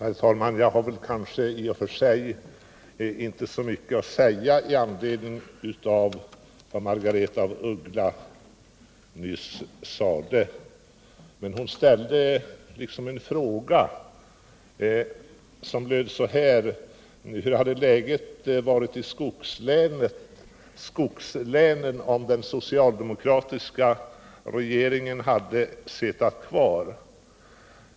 Herr talman! Jag har väl i och för sig inte så mycket att säga i anledning av vad Margaretha af Ugglas nyss anfört, men hon ställde en fråga som löd så här: Hur hade läget varit i skogslänen, om den socialdemokratiska regeringen hade suttit kvar?